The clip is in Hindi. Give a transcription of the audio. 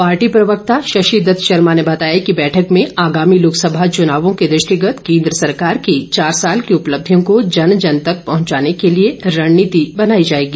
पार्टी प्रवक्ता शशि दत्त शर्मा ने बताया कि बैठक में आगामी लोकसभा चूनाव के दृष्टिगत केन्द्र सरकार की चार साल की उपलब्धियों को जन जन तक पहुंचाने के लिए रणनीति बनाई जाएगी